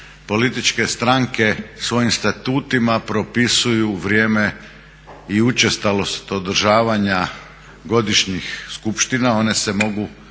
političke stranke svojim statutima propisuju vrijeme i učestalost održavanja godišnjih skupština. One se mogu